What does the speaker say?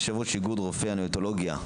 יושב-ראש רופאי הניאונטולוגיה,